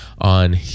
on